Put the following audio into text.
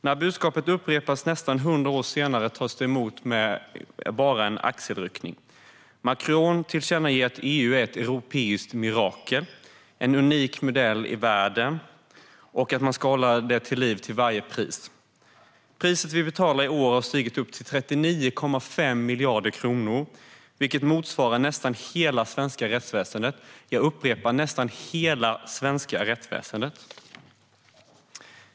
När budskapet upprepas nästan 100 år senare tas det emot med bara en axelryckning. Macron tillkännager att EU är ett europeiskt mirakel, en unik modell i världen som man till varje pris ska hålla vid liv. Priset vi betalar i år har stigit till 39,5 miljarder kronor, vilket motsvarar nästan hela det svenska rättsväsendet. Jag upprepar: nästan hela det svenska rättsväsendet.